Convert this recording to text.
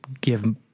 give